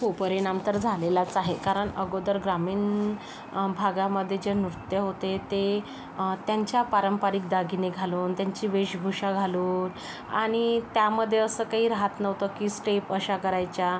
हो परिणाम तर झालेलाच आहे कारण अगोदर ग्रामीण भागामध्ये जे नृत्य होते ते त्यांच्या पारंपरिक दागिने घालून त्यांची वेशभूषा घालून आणि त्यामध्ये असं काही राहात नव्हतं की स्टेप अशा करायच्या